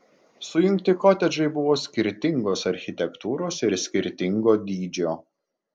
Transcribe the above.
sujungti kotedžai buvo skirtingos architektūros ir skirtingo dydžio